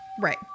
Right